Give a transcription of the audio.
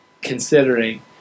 considering